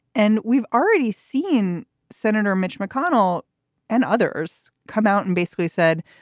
and we've already seen senator mitch mcconnell and others come out and basically said,